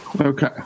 Okay